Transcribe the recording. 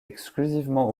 exclusivement